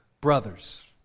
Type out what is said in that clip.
Brothers